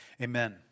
Amen